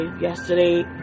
yesterday